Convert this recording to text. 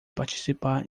participar